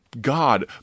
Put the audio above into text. god